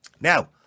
Now